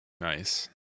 Nice